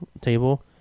table